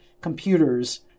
computers